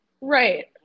Right